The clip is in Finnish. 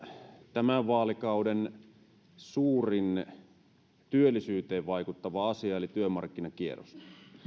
tämän vaalikauden suurin työllisyyteen vaikuttava asia eli työmarkkinakierros